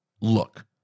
look